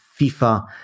FIFA